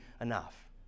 enough